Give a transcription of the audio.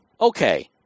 Okay